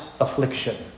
affliction